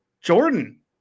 Jordan